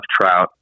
trout